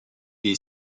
est